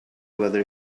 whether